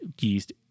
yeast